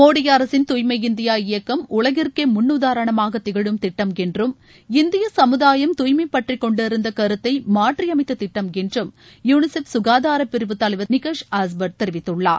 மோடி அரசின் துாய்மை இந்தியா இயக்கம் உலகிற்கே முன்னுதாரணமாக திகமும் திட்டம் என்றும் இந்திய சமுதாயம் துாய்மை பற்றி கொண்டிருந்த கருத்தை மாற்றியமைத்த திட்டம் என்றும் யூனிசெப் சுகாதாரப்பிரிவு தலைவர் திரு நிக்கலஷ் ஆஸ்பர்ட் தெரிவித்துள்ளார்